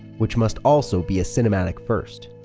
which must also be a cinematic first.